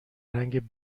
رنگ